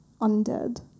undead